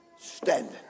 Standing